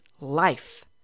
life